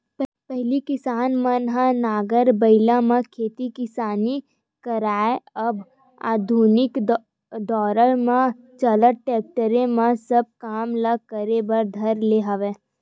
पहिली किसान मन ह नांगर बइला म खेत किसानी करय अब आधुनिक दौरा के चलत टेक्टरे म सब काम ल करे बर धर ले हवय